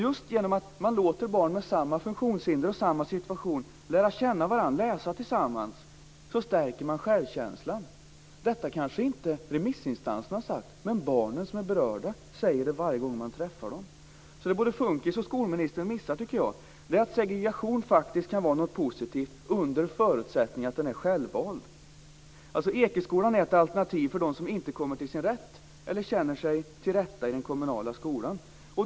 Just genom att man låter barn med samma funktionshinder lära känna varandra och läsa tillsammans, stärker man självkänslan hos dem. Detta har kanske inte remissinstanserna sagt, men de berörda barnen säger så varje gång man träffar dem. Det som både "Funkis" och skolministern missar är att segregation kan vara positiv under förutsättning att den är självvald. Ekeskolan är ett alternativ för dem som inte kommer till sin rätt eller känner sig till rätta i den kommunala skolan.